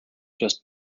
just